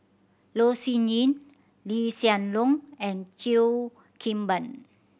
Loh Sin Yun Lee Hsien Loong and Cheo Kim Ban